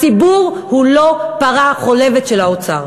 הציבור הוא לא פרה חולבת של האוצר.